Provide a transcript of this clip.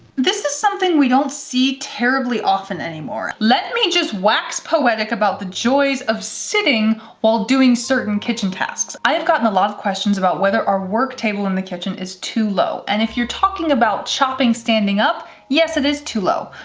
this is something we don't see terribly often anymore. let me just wax poetic about the joys of sitting while doing certain kitchen tasks. i have gotten a lot of questions about whether our work table in the kitchen is too low. and if you're talking about chopping, standing up, yes, it is too low,